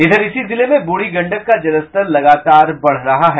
उधर इसी जिले में बूढ़ी गंडक का जलस्तर लगातार बढ़ रहा है